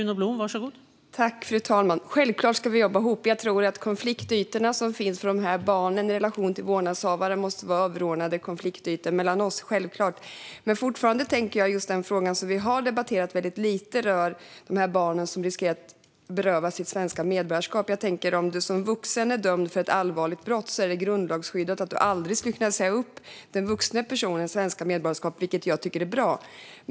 Fru talman! Självklart ska vi jobba ihop. Konfliktytorna som finns för dessa barn i relation till vårdnadshavarna måste vara överordnade konfliktytorna mellan oss. En fråga som har debatterats alltför lite rör de barn som riskerar att berövas sitt svenska medborgarskap. En vuxen som är dömd för ett allvarligt brott åtnjuter grundlagsskydd och kan aldrig berövas sitt medborgarskap, vilket är bra.